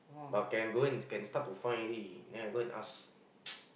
but can go and can start to find already then I go and ask